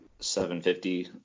750